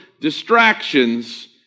distractions